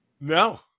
No